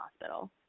hospital